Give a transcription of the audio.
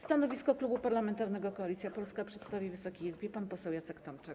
Stanowisko Klubu Parlamentarnego Koalicja Polska przedstawi Wysokiej Izbie pan poseł Jacek Tomczak.